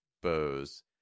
bows